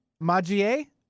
Magie